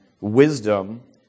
wisdom